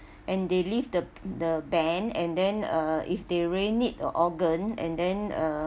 and they lift the the ban and then uh if they really need the organ and then uh